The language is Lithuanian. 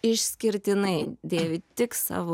išskirtinai dėvi tik savo